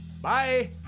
Bye